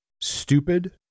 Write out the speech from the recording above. stupid